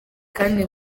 kandi